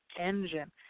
engine